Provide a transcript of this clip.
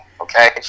okay